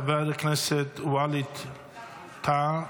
חבר הכנסת ואליד טאהא,